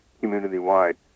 community-wide